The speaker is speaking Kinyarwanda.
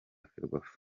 ferwafa